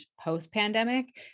post-pandemic